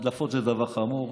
הדלפות זה דבר חמור.